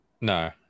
no